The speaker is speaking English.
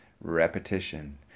Repetition